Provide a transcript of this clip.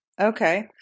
Okay